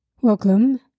Welcome